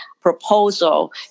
proposal